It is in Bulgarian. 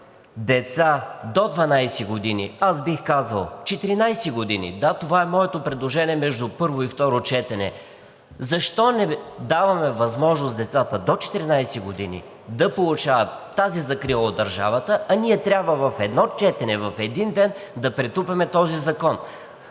деца до 12 години, аз бих казал 14 години – да, това е моето предложение между първо и второ четене. Защо не даваме възможност децата до 14 години да получават тази закрила от държавата, а ние трябва в едно четене, в един ден да претупаме този закон?